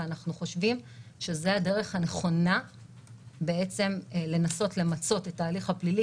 ואנחנו חושבים שזאת הדרך הנכונה בעצם לנסות למצות את ההליך הפלילי,